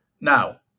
Now